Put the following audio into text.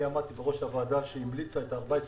אני עמדתי בראש הוועדה שהמליצה את 14 ההמלצות,